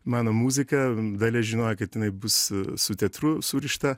mano muzika dalia žinojo kad jinai bus su teatru surišta